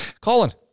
Colin